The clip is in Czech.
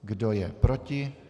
Kdo je proti?